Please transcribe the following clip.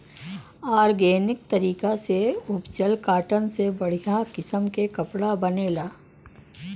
organic तरीका से उपजल कॉटन से बढ़िया किसम के कपड़ा बनेला